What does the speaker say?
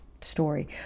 story